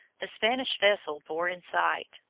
the spanish vessel bore in sight,